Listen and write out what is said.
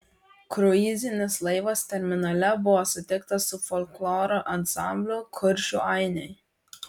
kruizinis laivas terminale buvo sutiktas su folkloro ansambliu kuršių ainiai